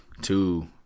two